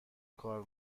کار